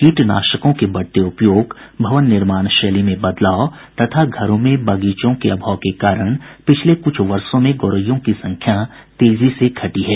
कीटनाशकों के बढ़ते उपयोग भवन निर्माण शैली में बदलाव तथा घरों में बगीचों के अभाव के कारण पिछले कुछ वर्षों में गोरैयों की संख्या तेजी से घटी है